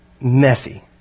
messy